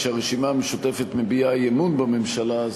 כשהרשימה המשותפת מביעה אי-אמון בממשלה,